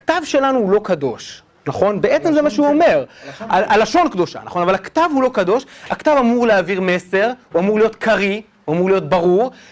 הכתב שלנו הוא לא קדוש, נכון? בעצם זה מה שהוא אומר, הלשון קדושה, נכון, אבל הכתב הוא לא קדוש, הכתב אמור להעביר מסר, הוא אמור להיות קריא, הוא אמור להיות ברור